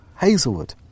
Hazelwood